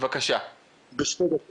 ב-2017